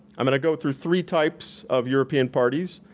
i'm gonna go through three types of european parties.